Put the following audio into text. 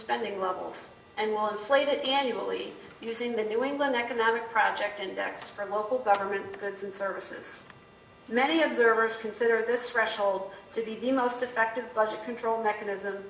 spending levels and while inflated annually using the new england economic project and x for local government goods and services many observers consider this threshold to be the most effective budget control mechanism